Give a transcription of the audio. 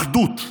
אחדות.